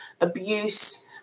abuse